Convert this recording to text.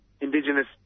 Indigenous